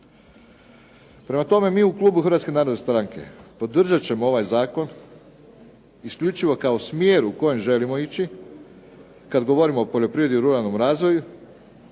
Prema tome, mi u Klubu Hrvatske narodne stranke, podržat ćemo ovaj zakon isključivo kao smjer u kojem želimo ići kada govorimo o poljoprivredi i ruralnom razvoju,